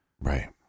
right